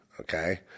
okay